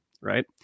right